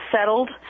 settled